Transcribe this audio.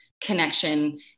connection